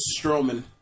Strowman